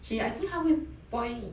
she I think 她会 point